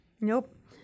Nope